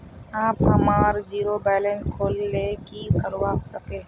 आप हमार zero balance खोल ले की करवा सके है?